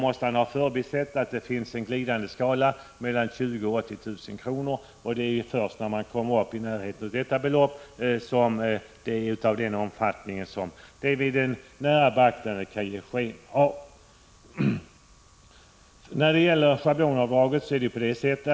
måste han ha förbisett att det finns en glidande skala mellan 20 000 kr. och 80 000 kr. Vid närmare beaktande framgår det att först när inkomsten kommer i närheten av det sistnämnda beloppet får avdraget den omfattning som man vill ge sken av att det har redan vid lägre inkomster.